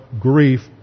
grief